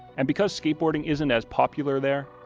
and because skateboarding isn't as popular there,